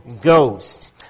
ghost